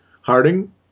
Harding